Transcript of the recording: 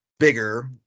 bigger